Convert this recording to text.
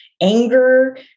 anger